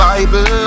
Bible